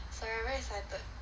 sorry very excited